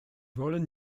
wollen